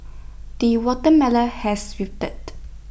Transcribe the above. the watermelon has ripened